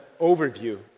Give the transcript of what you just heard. overview